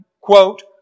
quote